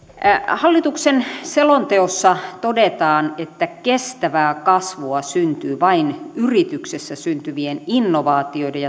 hallituksen selonteossa todetaan että kestävää kasvua syntyy vain yrityksessä syntyvien innovaatioiden